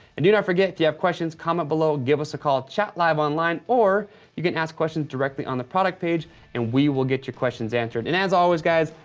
and do not forget, if you have questions comment below or give us a call at chat live online. or you can ask questions directly on the product page and we will get your questions answered. and as always, guys,